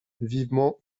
vivement